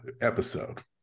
episode